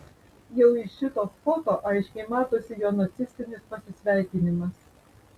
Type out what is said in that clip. jau iš šitos foto aiškiai matosi jo nacistinis pasisveikinimas